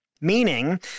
Meaning